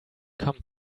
come